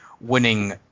winning